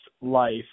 life